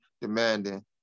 demanding